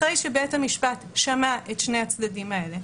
אחרי שבית המשפט שמע את שני הצדדים האלה,